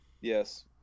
Yes